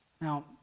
Now